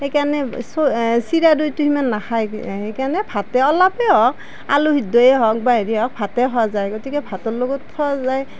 সেইকাৰণে চিৰা দৈটো সিমান নাখায় সেইকাৰণে ভাতেই অলপেই হওঁক আলু সিদ্ধই হওঁক বা হেৰি হওঁক ভাতেই খোৱা যায় গতিকে ভাতৰ লগত খোৱা যায়